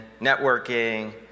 networking